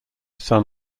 son